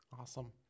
Awesome